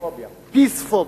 פיספוביה.